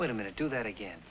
wait a minute do that again